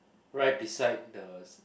right beside the